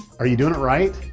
are you doing it right?